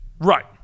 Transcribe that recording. Right